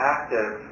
Active